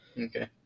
Okay